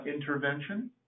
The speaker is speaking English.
intervention